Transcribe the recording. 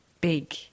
big